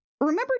Remember